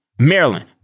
Maryland